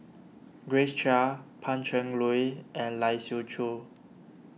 Grace Chia Pan Cheng Lui and Lai Siu Chiu